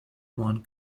one